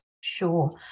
Sure